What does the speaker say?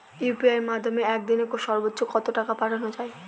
UPI এর মাধ্যমে এক দিনে সর্বচ্চ কত টাকা পাঠানো যায়?